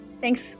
Thanks